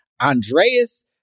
Andreas